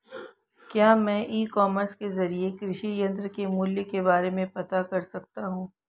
क्या मैं e commerce के ज़रिए कृषि यंत्र के मूल्य के बारे में पता कर सकता हूँ?